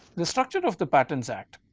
the structure of the patents acts